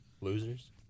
Losers